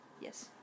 Yes